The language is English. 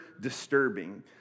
disturbing